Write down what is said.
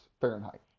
Fahrenheit